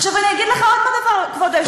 עכשיו אני אגיד לך עוד דבר, כבוד היושב-ראש.